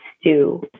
stew